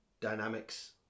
dynamics